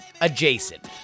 adjacent